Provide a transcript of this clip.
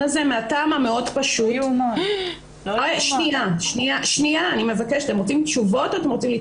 יהיו פעמים שנביא אותו אפילו בצו הבאה לבית משפט אם נחשוב שההסדר מקל